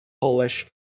Polish